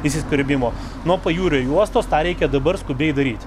įsiskverbimo nuo pajūrio juostos tą reikia dabar skubiai daryti